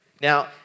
Now